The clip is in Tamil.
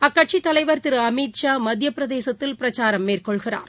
அக்கட்சித் தலைவர் திரு அமித்ஷா மத்திய பிரதேசத்தில் பிரச்சாரம் மேற்கொள்கிறார்